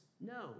No